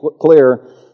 clear